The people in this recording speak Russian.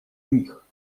них